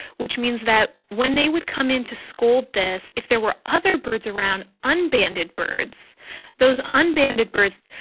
which means that when they would come in to scold this, if there were other birds around unbanded birds those unbanded birds,